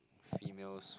females